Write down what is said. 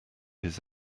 his